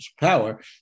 power